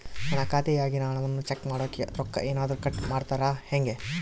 ನನ್ನ ಖಾತೆಯಾಗಿನ ಹಣವನ್ನು ಚೆಕ್ ಮಾಡೋಕೆ ರೊಕ್ಕ ಏನಾದರೂ ಕಟ್ ಮಾಡುತ್ತೇರಾ ಹೆಂಗೆ?